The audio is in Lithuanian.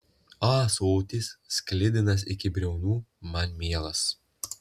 ąsotis sklidinas iki briaunų man mielas